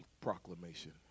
proclamation